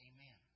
Amen